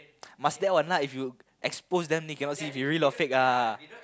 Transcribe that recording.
must there all night if you expose them they cannot see if real or fake ah